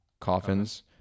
coffins